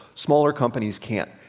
smaller companies can't.